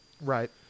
Right